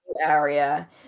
area